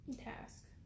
Task